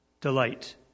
delight